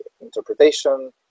interpretation